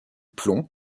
plomb